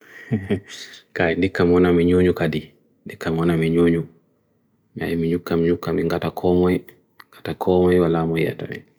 ndi kamauna minyuhu kadi ndi kamauna minyuhu ndi kamauna minyuhu ndi kata kormuwe ndi kata kormuwe wala mowe